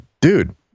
Dude